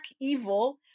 evil